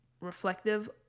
reflective